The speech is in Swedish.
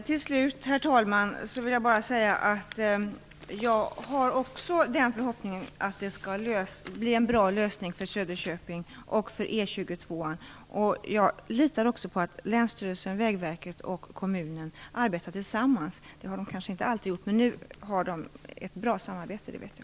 Herr talman! Till slut vill jag bara säga att jag också har den förhoppningen att det skall bli en bra lösning för Söderköping och för E 22:an. Jag litar också på att länsstyrelsen, Vägverket och kommunen arbetar tillsammans. Det har de kanske inte alltid gjort, men nu har de ett bra samarbete. Det vet jag.